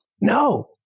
No